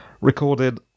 recorded